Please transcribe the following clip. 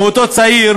מה שהתברר,